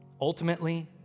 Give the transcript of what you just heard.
Ultimately